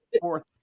Fourth